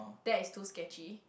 that is too sketchy